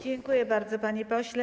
Dziękuję bardzo, panie pośle.